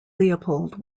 leopold